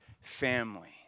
family